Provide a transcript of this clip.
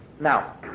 Now